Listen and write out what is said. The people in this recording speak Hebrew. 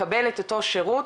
מקבל את אותו שירות,